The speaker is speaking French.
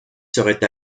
serait